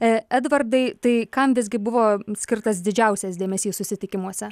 edvardai tai kam visgi buvo skirtas didžiausias dėmesys susitikimuose